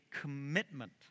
commitment